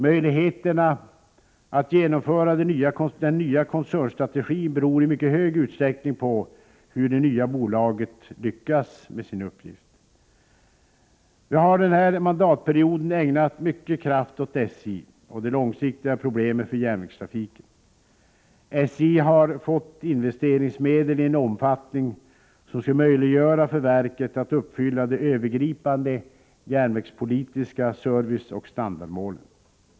Möjligheterna att genomföra den nya koncernstrategin beror i mycket stor utsträckning på hur det nya bolaget lyckas med sin uppgift. Vi har den här mandatperioden ägnat mycket kraft åt SJ och de långsiktiga problemen för järnvägstrafiken. SJ har fått investeringsmedel i en omfattning som skall möjliggöra för verket att uppfylla de övergripande järnvägspolitiska serviceoch standardmålen.